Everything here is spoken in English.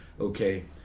okay